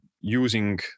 using